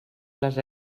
les